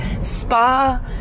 spa